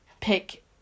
pick